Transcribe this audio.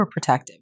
overprotective